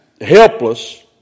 helpless